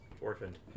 orphaned